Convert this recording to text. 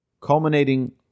culminating